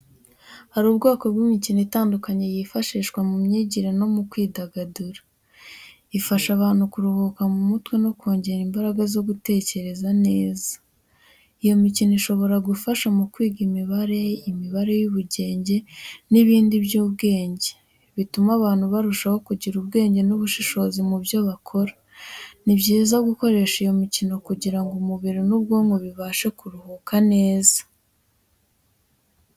Hari ubwoko bw'imikino itandukanye yifashishwa mu myigire no mu kwidagadura. Ifasha abantu kuruhuka mu mutwe no kongera imbaraga zo gutekereza neza. Iyo mikino ishobora gufasha mu kwiga imibare, imibare y'ubugenge, n'ibindi by'ubwenge, bituma abantu barushaho kugira ubwenge n'ubushishozi mu byo bakora. Ni byiza gukoresha iyo mikino kugira ngo umubiri n'ubwonko bibashe kuruhuka neza.